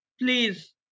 please